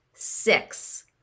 Six